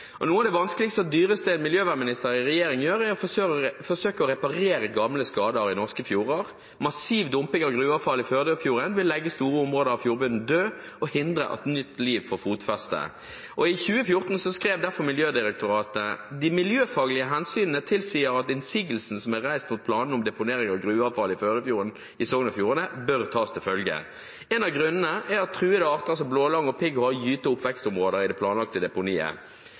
det vanskeligste og dyreste en miljøvernminister i en regjering gjør, er å forsøke å reparere gamle skader i norske fjorder. Massiv dumping av gruveavfall i Førdefjorden vil legge store områder av fjordbunnen død og hindre at nytt liv får fotfeste. I 2014 skrev derfor Miljødirektoratet: «De miljøfaglige hensynene tilsier at innsigelsen som er reist mot planene om deponering av gruveavfall i Førdefjorden i Sogn og Fjordane, bør tas til følge.» En av grunnene er at truede arter som blålange og pigghå har gyte- og oppvekstområde i det planlagte deponiet.